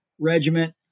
regiment